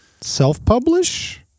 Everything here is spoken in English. Self-publish